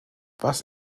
was